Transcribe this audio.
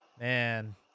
Man